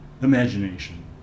imagination